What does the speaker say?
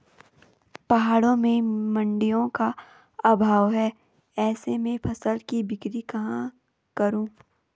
पहाड़ों में मडिंयों का अभाव है ऐसे में फसल की बिक्री कहाँ करूँ?